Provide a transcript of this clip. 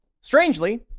Strangely